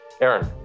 Aaron